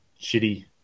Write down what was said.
shitty